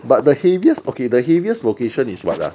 but the heaviest okay the heaviest vocation is what ah